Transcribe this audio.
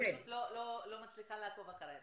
פשוט לא מצליחה לעקוב אחרייך.